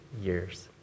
years